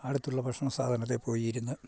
അടുത്തുള്ള ഭക്ഷണ സാധനത്തിൽ പോയിരുന്ന്